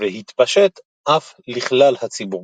והתפשט אף לכלל הציבור.